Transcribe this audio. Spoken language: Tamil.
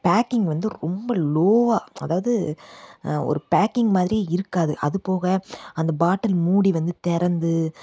பேக்கிங் வந்து ரொம்ப லோவாக அதாவது ஒரு பேக்கிங் மாதிரியே இருக்காது அதுபோக அந்த பாட்டில் மூடி வந்து திறந்து